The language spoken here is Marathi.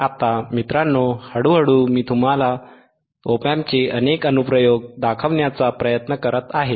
आता मित्रांनो हळू हळू मी तुम्हाला चे अनेक अनुप्रयोग दाखवण्याचा प्रयत्न करत आहे